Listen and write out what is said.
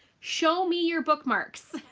show me your bookmarks!